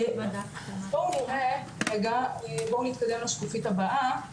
בואו נתקדם לשקופית הבאה,